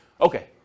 Okay